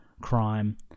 crime